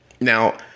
Now